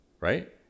right